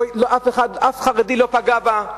אף חרדי לא פגע בה,